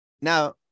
now